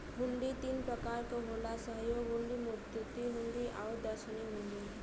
हुंडी तीन प्रकार क होला सहयोग हुंडी, मुद्दती हुंडी आउर दर्शनी हुंडी